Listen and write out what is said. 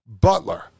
Butler